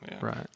Right